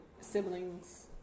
siblings